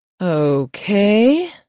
Okay